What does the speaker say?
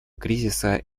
кризиса